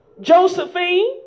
Josephine